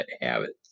habits